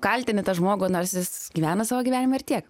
kaltini tą žmogų nors jis gyvena savo gyvenimą ir tiek